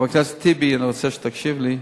חבר הכנסת טיבי, אני רוצה שתקשיב לי.